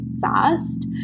fast